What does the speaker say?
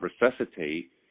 resuscitate